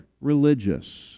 religious